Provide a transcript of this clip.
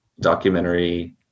documentary